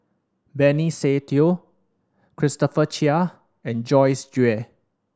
Benny Se Teo Christopher Chia and Joyce Jue